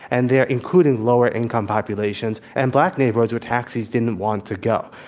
and they're including lower-income populations and black neighborhoods where taxis didn't want to go.